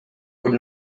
could